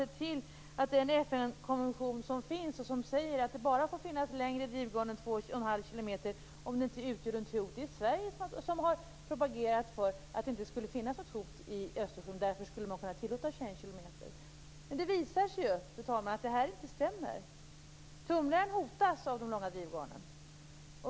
Den FN-resolution som finns säger att det bara får finnas längre drivgarn än 2,5 km om detta inte utgör något hot, och det är Sverige som har propagerat för att det inte skulle finnas något hot i Östersjön och att man därför skulle tillåta 21 km. Det visar sig dock, fru talman, att detta inte stämmer. Tumlaren hotas av de långa drivgarnen.